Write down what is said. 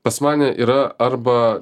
pas mane yra arba